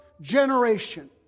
generation